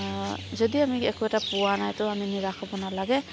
যদি আমি একো এটা পোৱা নাই তেও আমি নিৰাশ হ'ব নালাগে